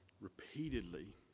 repeatedly